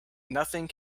nothing